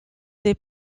des